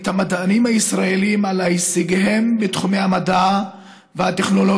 את המדענים הישראלים על הישגיהם בתחומי המדע והטכנולוגיה,